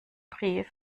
brief